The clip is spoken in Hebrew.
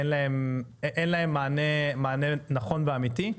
אין להם מענה נכון ואמיתי,